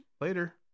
later